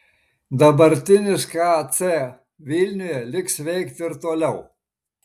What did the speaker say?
dabartinis kac vilniuje liks veikti ir toliau